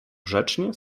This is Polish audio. grzecznie